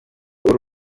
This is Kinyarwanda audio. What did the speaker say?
uri